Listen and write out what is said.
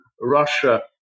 Russia